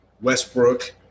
Westbrook –